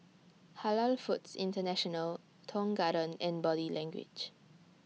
Halal Foods International Tong Garden and Body Language